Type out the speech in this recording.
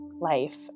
Life